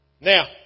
Now